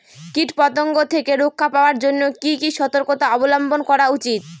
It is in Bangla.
কীটপতঙ্গ থেকে রক্ষা পাওয়ার জন্য কি কি সর্তকতা অবলম্বন করা উচিৎ?